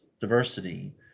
diversity